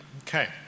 Okay